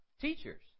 teachers